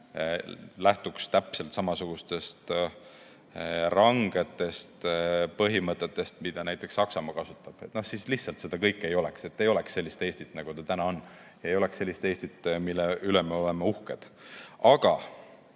kui lähtuksime täpselt samasugustest rangetest põhimõtetest, mida näiteks Saksamaa kasutab. Siis lihtsalt seda kõike ei oleks. Ei oleks sellist Eestit, nagu täna on, ei oleks sellist Eestit, mille üle me oleme uhked.